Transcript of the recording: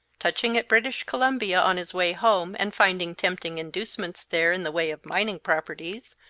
touching at british columbia on his way home and finding tempting inducements there in the way of mining properties,